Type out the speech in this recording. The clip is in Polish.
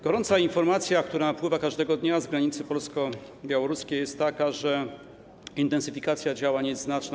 Gorąca informacja, która napływa każdego dnia z granicy polsko-białoruskiej, jest taka, że intensyfikacja działań jest znaczna.